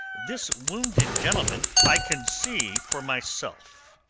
this wounded gentleman. i can see for myself.